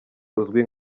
uzwi